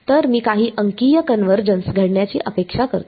तर मी काही अंकीय कन्वर्जन्स घडण्याची अपेक्षा करतो